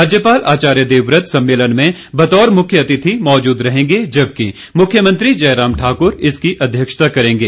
राज्यपाल आचार्य देवव्रत सम्मेलन में बतौर मुख्यातिथि मौजूद रहेंगे जबकि मुख्यमंत्री जयराम ठाकुर इसकी अध्यक्षता करेंगे